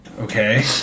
Okay